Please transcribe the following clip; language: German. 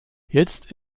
jetzt